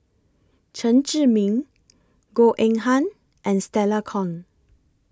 Chen Zhiming Goh Eng Han and Stella Kon